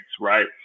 right